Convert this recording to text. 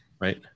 Right